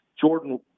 Jordan